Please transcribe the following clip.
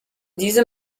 diesem